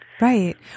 Right